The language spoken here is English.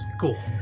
Cool